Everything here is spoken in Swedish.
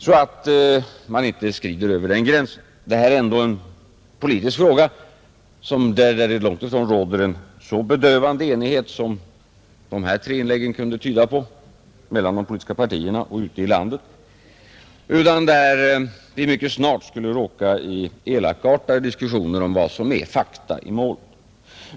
Detta är ändå en politisk fråga, där det långt ifrån råder en så bedövande enighet mellan de politiska partierna och ute i landet som de gjorda tre inläggen kunde tyda på. Vi skulle mycket snart kunna råka in i elakartade diskussioner om vad som är fakta i målet.